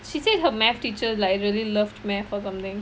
she said her math teacher like really loved math or something